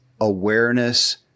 awareness